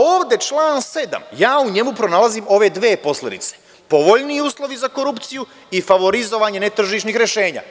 Ovde član 7, ja u njemu pronalazim ove dve posledice – povoljniji uslovi za korupciju i favorizovanje netržišnih rešenja.